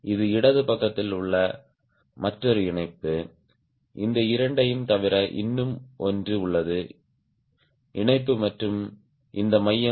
இது இடது பக்கத்தில் உள்ள மற்றொரு இணைப்பு இந்த இரண்டையும் தவிர இன்னும் ஒன்று உள்ளது இணைப்பு மற்றும் இந்த மையம்